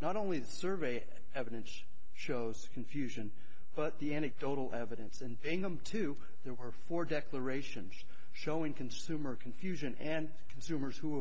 not only the survey evidence shows confusion but the anecdotal evidence and bring them to the er for declarations showing consumer confusion and consumers who